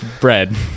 bread